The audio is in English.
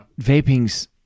Vaping's